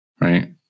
Right